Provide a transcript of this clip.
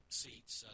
seats